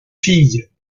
filles